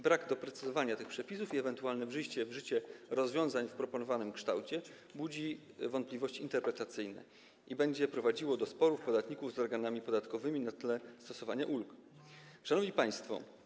Brak doprecyzowania tych przepisów i ewentualne wejście w życie rozwiązań w proponowanym kształcie budzi wątpliwości interpretacyjne i będzie prowadziło do sporów podatników z organami podatkowymi na tle stosowania ulg. Szanowni Państwo!